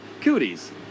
cooties